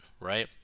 right